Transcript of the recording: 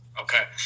Okay